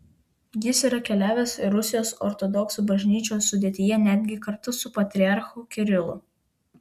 jis yra keliavęs ir rusijos ortodoksų bažnyčios sudėtyje netgi kartu su patriarchu kirilu